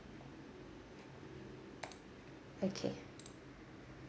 okay